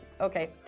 Okay